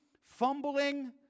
fumbling